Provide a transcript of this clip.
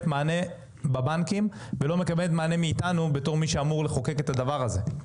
מענה בבנקים ולא מקבלת מענה מאיתנו בתור מי שאמור לחוקק את הדבר הזה,